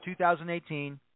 2018